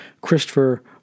Christopher